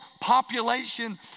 population